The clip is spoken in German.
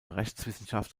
rechtswissenschaft